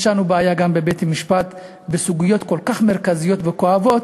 יש לנו בעיה גם בבית-המשפט בסוגיות כל כך מרכזיות וכואבות,